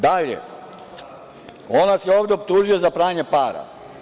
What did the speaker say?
Dalje, on nas je ovde optužio za pranje para.